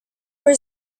were